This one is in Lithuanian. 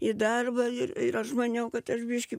į darbą ir ir aš maniau kad aš biškį